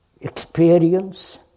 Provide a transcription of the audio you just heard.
Experience